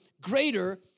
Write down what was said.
greater